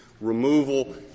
removal